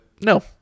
no